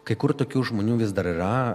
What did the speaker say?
kai kur tokių žmonių vis dar yra